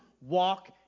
walk